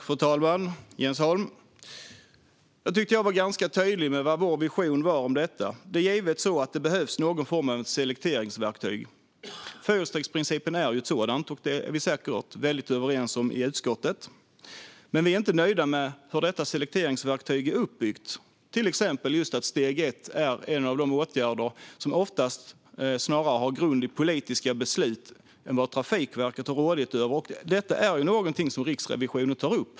Fru talman! Jag tyckte att jag var ganska tydlig med vad vår vision om detta är, Jens Holm. Det är givet att det behövs någon form av selekteringsverktyg. Fyrstegsprincipen är ett sådant, och det är vi säkert väldigt överens om i utskottet. Men vi är inte nöjda med hur detta selekteringsverktyg är uppbyggt, till exempel att steg 1 är en av de åtgärder som snarare har grund i politiska beslut än är något som Trafikverket har rådighet över. Detta tar Riksrevisionen upp.